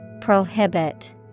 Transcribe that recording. Prohibit